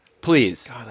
Please